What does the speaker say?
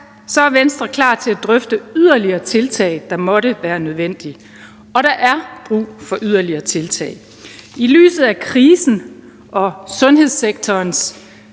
sagt er Venstre klar til at drøfte yderligere tiltag, der måtte være nødvendige. Og der er brug for yderligere tiltag. I lyset af krisen og sundhedssektorens